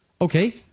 Okay